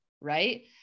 right